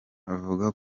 avuga